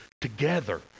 together